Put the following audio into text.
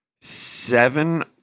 seven